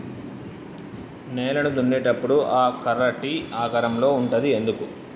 నేలను దున్నేటప్పుడు ఆ కర్ర టీ ఆకారం లో ఉంటది ఎందుకు?